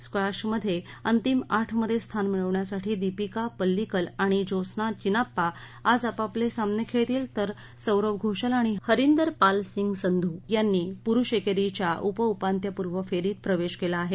स्कॉशमध्ये अंतिम आठमध्ये स्थान मिळवण्यासाठी दिपीका पल्लीकल आणि जोत्स्ना चिनाप्पा आज आपापले सामने खेळतील तर सौरव घोषाल आणि हरिंदर पाल सिंग संधु यांनी पुरूष एकेरीच्या उप उपान्त्यपूर्व फेरीत प्रवेश केला आहे